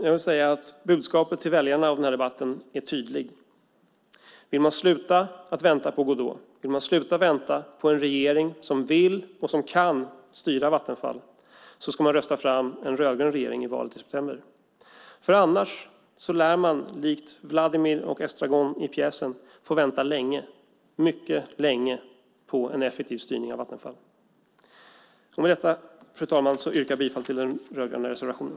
Jag vill säga att budskapet till väljarna i den här debatten är tydlig. Vill man sluta att vänta på Godot och vill man sluta vänta på en regering som vill och som kan styra Vattenfall ska man rösta fram en rödgrön regering i valet i september. Annars lär man likt Vladimir och Estragon i pjäsen få vänta länge, mycket länge, på en effektiv styrning av Vattenfall. Med detta, fru talman, yrkar jag bifall till den rödgröna reservationen.